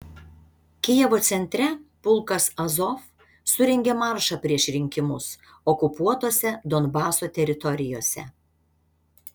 kijevo centre pulkas azov surengė maršą prieš rinkimus okupuotose donbaso teritorijose